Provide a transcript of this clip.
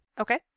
Okay